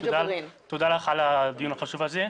תודה לך על הדיון החשוב הזה.